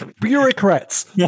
Bureaucrats